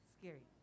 scary